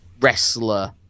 wrestler